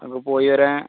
അപ്പം പോയി വരാൻ